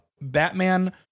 Batman